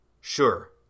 Sure